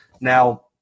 Now